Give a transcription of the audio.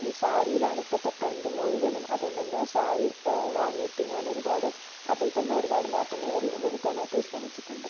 ഈ സാരിയിലാണ് ഇപ്പോഴത്തെ ട്രെന്ഡ് മുഴുവനും അതുകൊണ്ട് തന്നെ സാരി വാങ്ങിയിട്ട് ഞാന് ഒരുപാട് അതില് തന്നെ ഒരുപാട് മാറ്റങ്ങള് വരു വരുത്താനായിട്ട് ശ്രമിച്ചിട്ടുണ്ട്